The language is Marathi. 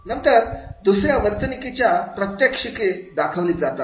नंतर दुसऱ्याच्या वर्तणुकीची प्रात्याक्षिके दाखवले जातात